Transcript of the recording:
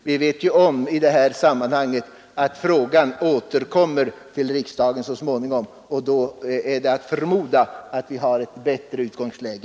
Vi vet ju att frågan återkommer till riksdagen så småningom, och då är det att förmoda att vi har ett bättre utgångsläge.